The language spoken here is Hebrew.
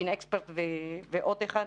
GeneXpert ועוד אחת,